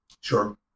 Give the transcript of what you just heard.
Sure